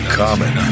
common